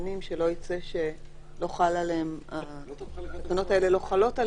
קטנים שלא ייצא שהתקנות האלה לא חלות,